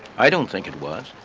i don't think it was.